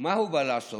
מה הוא בא לעשות?